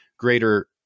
greater